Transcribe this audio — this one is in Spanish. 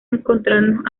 encontrarnos